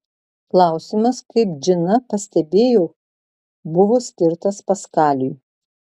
klausimas kaip džina pastebėjo buvo skirtas paskaliui